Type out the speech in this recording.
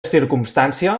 circumstància